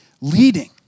Leading